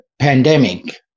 pandemic